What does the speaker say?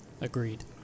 Agreed